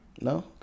No